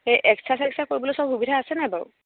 এই এক্স্ৰা চে্সা কৰিবলৈ চব সুবিধা আছে নাই বাৰু